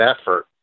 effort